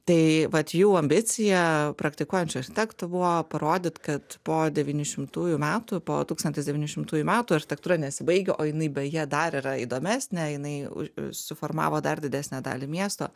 tai vat jų ambicija praktikuojančių architektų buvo parodyt kad po devynių šimtųjų metų po tūkstantis devyni šimtųjų metų architektūra nesibaigia o jinai beje dar yra įdomesnė jinai už suformavo dar didesnę dalį miesto